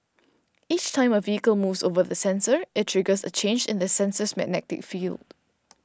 each time a vehicle moves over the sensor it triggers a change in the sensor's magnetic field